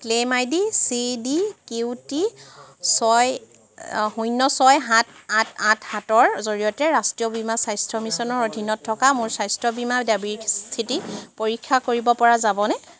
claim I D C D Q T ছয় শূন্য ছয় সাত আঠ আঠ সাতৰ জৰিয়তে ৰাষ্ট্ৰীয় বীমা স্বাস্থ্য মিছনৰ অধীনত থকা মোৰ স্বাস্থ্য বীমা দাবীৰ স্থিতি পৰীক্ষা কৰিব পৰা যাবনে